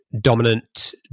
dominant